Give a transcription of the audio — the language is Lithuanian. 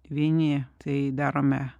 vieni tai darome